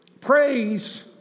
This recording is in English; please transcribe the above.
Praise